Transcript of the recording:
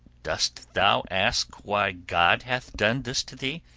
dost thou ask why god hath done this to thee?